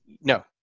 No